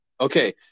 Okay